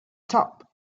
top